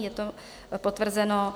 Je to potvrzeno.